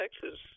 Texas